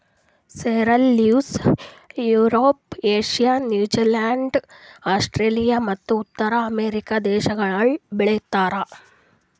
sorrel leaves Europe, Asia, New Zealand, Australia ಮತ್ತ ಉತ್ತರ America ದೇಶಗೊಳ್ ಬೆ ಳಿತಾರ್